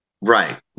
right